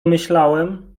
myślałem